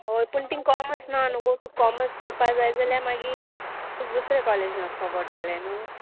होय पूण तींग कॉमर्स ना न्हू गो तुका कॉमर्स कोरपा जाय जाल्यार मागीर तुका दुसरे कॉलेजी वचपाक पोटोले न्हू